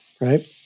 right